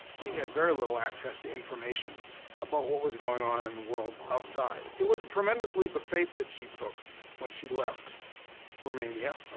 she had very little access to information about what was going on in the world outside. it was a tremendous leap of faith that she took when she left romania.